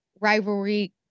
rivalry